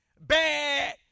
bad